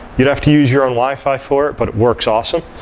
you'd have to use your own wi-fi for it, but it works awesome.